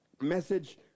message